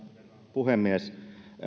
puhemies